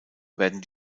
werden